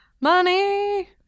Money